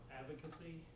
advocacy